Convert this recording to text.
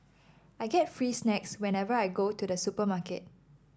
I get free snacks whenever I go to the supermarket